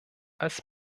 als